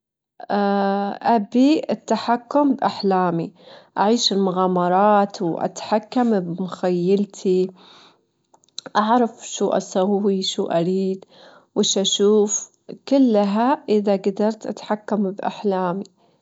أول شي تضبين الأشيا التجيلة في شنطتك، تحطينها في الأسفل، زي الأحذية أو الكتب، بعدين تخلين الملابس المكوية فوجها ، وبعدين تحاولين تدورين- تدورين الملابس وتكدسينها بطريقة مريحة عشان ماتتدخل ببعضها.